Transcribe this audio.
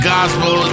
Gospel